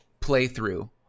playthrough